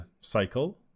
cycle